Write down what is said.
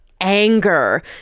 anger